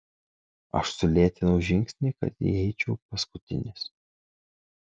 aš sulėtinau žingsnį kad įeičiau paskutinis